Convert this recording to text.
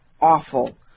awful